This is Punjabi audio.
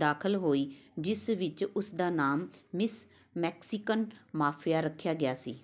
ਦਾਖਲ ਹੋਈ ਜਿਸ ਵਿੱਚ ਉਸ ਦਾ ਨਾਮ ਮਿਸ ਮੈਕਸੀਕਨ ਮਾਫੀਆ ਰੱਖਿਆ ਗਿਆ ਸੀ